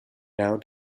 now